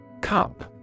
Cup